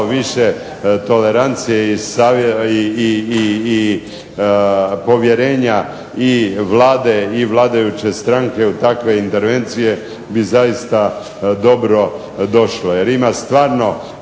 više tolerancije i povjerenja i Vlade i vladajuće stranke u takve intervencije bi zaista dobro došlo.